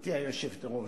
גברתי היושבת-ראש,